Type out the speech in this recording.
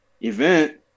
event